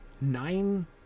Nine